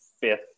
fifth